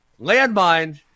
Landmine